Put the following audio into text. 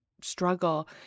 struggle